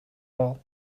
all